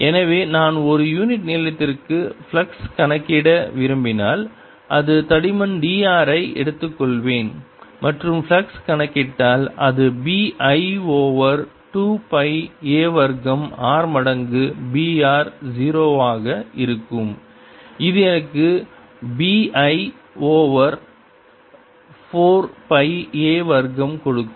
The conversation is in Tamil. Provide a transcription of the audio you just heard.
எனவே நான் ஒரு யூனிட் நீளத்திற்கு ஃப்ளக்ஸ் கணக்கிட விரும்பினால் இந்த தடிமன் dr ஐ எடுத்துக்கொள்வேன் மற்றும் ஃப்ளக்ஸ் கணக்கிட்டால் அது b I over 2 pi a வர்க்கம் r மடங்கு br 0 ஆக இருக்கும் இது எனக்குb I ஓவர் 4 பை a வர்க்கம் கொடுக்கும்